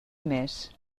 més